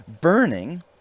burning